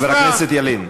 חבר הכנסת ילין,